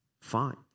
fine